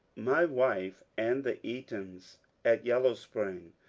my wife and the eatons at yellow spring,